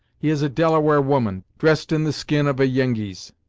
he is a delaware woman, dressed in the skin of a yengeese!